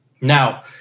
Now